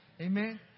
Amen